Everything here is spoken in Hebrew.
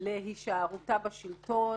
להישארותה בשלטון,